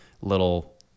little